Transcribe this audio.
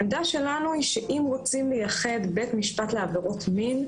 העמדה שלנו היא שאם רוצים לייחד בית משפט לעבירות מין,